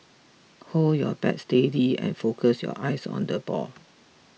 hold your bat steady and focus your eyes on the ball